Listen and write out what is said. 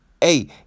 hey